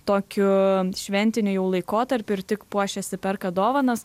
tokiu šventiniu jau laikotarpiu ir tik puošiasi perka dovanas